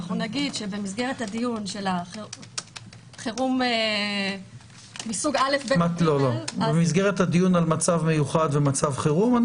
במסגרת הדיון על חירום מסוג- -- במסגרת הדיון על מצב מיוחד ומצב חירום.